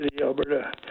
Alberta